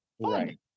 right